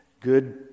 good